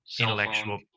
intellectual